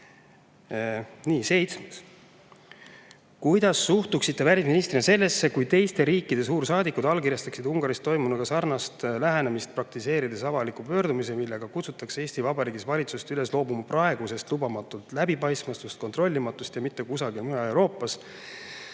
Nii, seitsmes küsimus: "Kuidas suhtuksite välisministrina sellesse, kui teiste riikide suursaadikud allkirjastaksid Ungaris toimunuga sarnast lähenemist praktiseerides avaliku pöördumise, millega kutsutakse Eesti Vabariigi valitsust üles loobuma praegusest lubamatult läbipaistmatust, kontrollimatust ja mitte kusagil mujal Euroopas